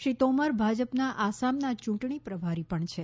શ્રી તોમર ભાજપના આસામના યૂંટણી પ્રભારી પણ છે